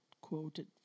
quoted